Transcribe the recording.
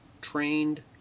trained